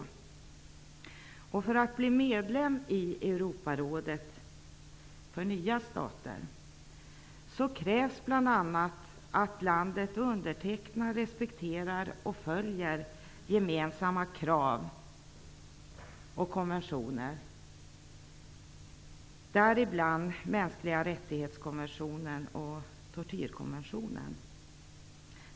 För att en stat skall bli medlem i Europarådet krävs bl.a. att landet undertecknar, respekterar och följer gemensamma krav och konventioner, däribland konventionen om mänskliga rättigheter och tortyrkonventionen.